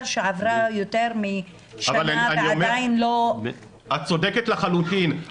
שעברה יותר משנה ועדיין לא --- את צודקת לחלוטין,